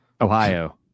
ohio